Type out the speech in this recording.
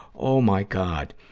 oh my god!